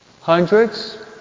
hundreds